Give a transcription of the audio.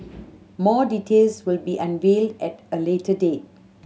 more details will be unveiled at a later date